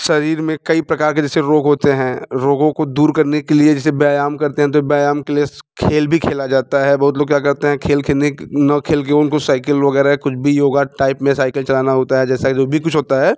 शरीर में कई प्रकार के जैसे रोग होते हैं रोगों को दूर करने के लिए जैसे व्यायाम करते हैं तो व्यायाम के लिए खेल भी खेला जाता है बहुत लोग क्या करते हैं खेल खेलने ना खेल के उनको साइकिल वग़ैरह या कुछ भी योगा टाइप में साइकिल चलाना होता है जैसा जो भी कुछ होता है